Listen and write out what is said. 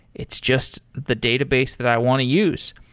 it's just the database that i want to use.